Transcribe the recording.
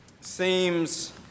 seems